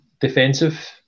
defensive